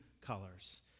colors